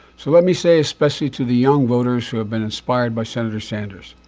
so let me say especially to the young voters who have been inspired by senator sanders,